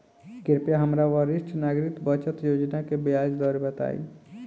कृपया हमरा वरिष्ठ नागरिक बचत योजना के ब्याज दर बताई